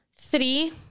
three